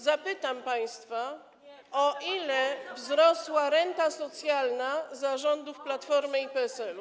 Zapytam państwa, o ile wzrosła renta socjalna za rządów Platformy i PSL-u.